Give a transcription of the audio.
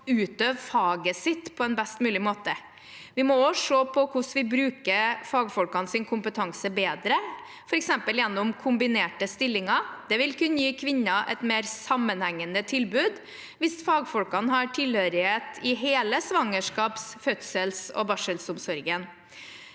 utøve faget sitt på best mulig måte. Vi må også se på hvordan vi bruker fagfolkenes kompetanse bedre, f.eks. gjennom kombinerte stillinger. Det vil kunne gi kvinner et mer sammenhengende tilbud hvis fagfolkene har tilhørighet i hele svangerskaps-, fødsels- og barselomsorgen.